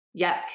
yuck